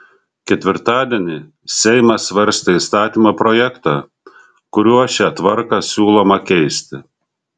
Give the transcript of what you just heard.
ketvirtadienį seimas svarstė įstatymo projektą kuriuo šią tvarką siūloma keisti